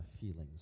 feelings